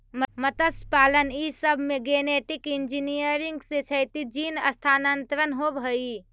मत्स्यपालन ई सब में गेनेटिक इन्जीनियरिंग से क्षैतिज जीन स्थानान्तरण होब हई